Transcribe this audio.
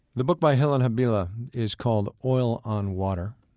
the book by helon habila is called oil on water.